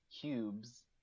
cubes